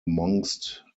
amongst